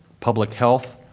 public health,